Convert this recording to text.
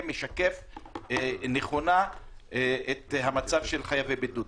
משקף נכונה את המצב של חייבי בידוד?